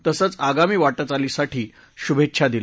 तसंच आगामी वाटचालीसाठी शुभेच्छा दिल्या